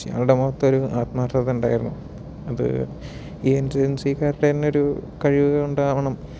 പക്ഷെ അയാളുടെ മുഖത്തു ഒരു ആത്മാർഥത ഉണ്ടായിരുന്നു ഇത് ഏജൻസിക്കാരുടെ തന്നെ ഒരു കഴിവ് കൊണ്ടുതന്നെയാകണം